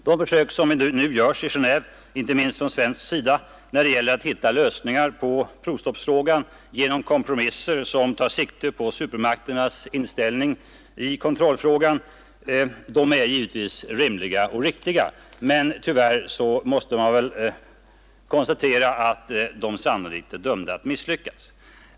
De försök som nu görs i Genéve, inte minst från svensk sida, när det gäller att hitta lösningar på provstoppsfrågan genom kompromisser, som tar sikte på stormakternas inställning i kontrollfrågan, är rimliga och riktiga, men tyvärr är de väl dömda att misslyckas.